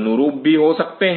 अनुरूप भी हो सकते हैं